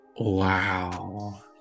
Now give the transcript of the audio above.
Wow